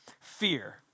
fear